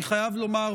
אני חייב לומר,